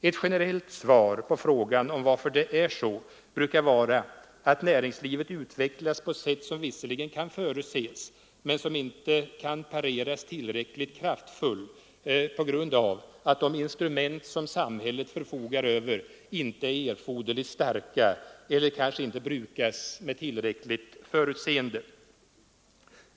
Ett generellt svar på frågan om varför det är så brukar vara att näringslivet utvecklas på ett sätt som visserligen kan förutses men som inte kan pareras tillräckligt kraftfullt på grund av att de instrument som samhället förfogar över inte är erforderligt starka och kanske inte brukas med tillräckligt förutseende.